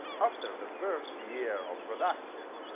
after the first year of production,